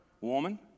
Woman